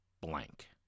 blank